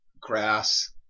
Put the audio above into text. grass